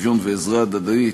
שוויון ועזרה הדדית,